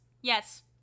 Yes